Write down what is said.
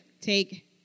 take